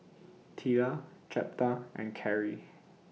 Teela Jeptha and Carey